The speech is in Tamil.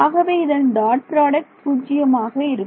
ஆகவே இதன் டாட் ப்ராடக்ட் பூஜ்ஜியமாக இருக்கும்